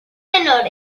menores